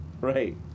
Right